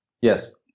Yes